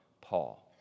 Paul